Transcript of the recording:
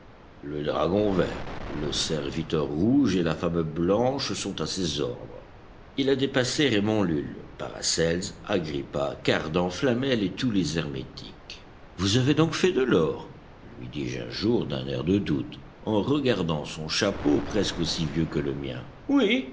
le dragon vert le serviteur rouge et la femme blanche sont à ses ordres il a dépassé raymond lulle paracelse agrippa cardan flamel et tous les hermétiques vous avez donc fait de l'or lui dis-je un jour d'un air de doute en regardant son chapeau presque aussi vieux que le mien oui